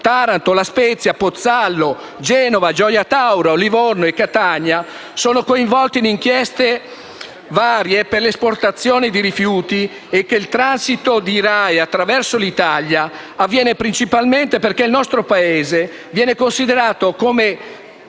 Taranto, La Spezia, Pozzallo, Genova, Gioia Tauro, Livorno e Catania sono coinvolti in inchieste varie per l'esportazione di rifiuti e che il transito di RAEE attraverso l'Italia avviene, principalmente, perché il nostro Paese viene considerato